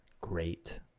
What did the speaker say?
great